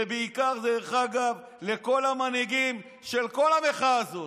ובעיקר לכל המנהיגים של כל המחאה הזאת: